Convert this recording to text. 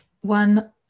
one